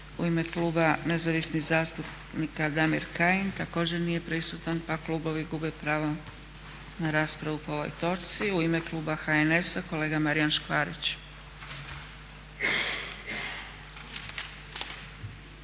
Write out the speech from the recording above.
U ime kluba Nezavisnih zastupnika Damir Kajin. Također nije prisutan pa klubovi gube pravo na raspravu po ovoj točci. U ime kluba HNS-a kolega Marijan Škvarić.